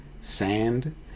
sand